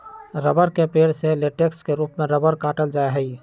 रबड़ के पेड़ से लेटेक्स के रूप में रबड़ काटल जा हई